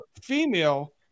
female